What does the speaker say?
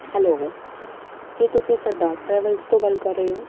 hello ਕੀ ਤੁਸੀਂ Sardar travels ਤੋਂ ਗੱਲ ਕਰ ਰਹੇ ਹੋ